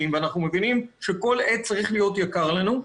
ואנחנו מבינים שכל עץ צריך להיות יקר לנו,